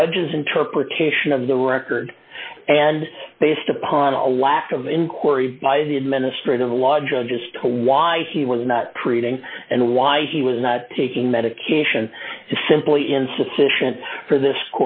judge's interpretation of the record and based upon a lack of inquiry by the administrative law judge as to why he was not present and why he was not taking medication simply insufficient for this